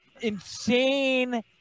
insane